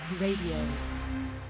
Radio